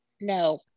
no